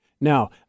Now